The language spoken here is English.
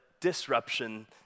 disruption